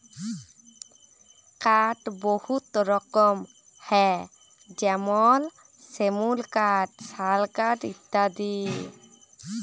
কাঠের বহুত রকম হ্যয় যেমল সেগুল কাঠ, শাল কাঠ ইত্যাদি